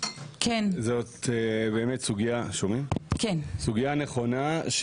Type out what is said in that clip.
זאת סוגיה נכונה.